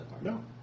No